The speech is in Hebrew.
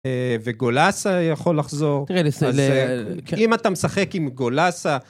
וגולאסה יכול לחזור. תראה, לסייאלה... אם אתה משחק עם גולאסה...